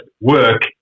work